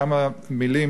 כמה מלים,